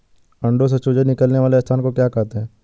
अंडों से चूजे निकलने वाले स्थान को क्या कहते हैं?